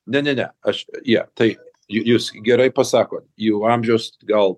ne ne ne aš ją tai jūs gerai pasakot jų amžius gal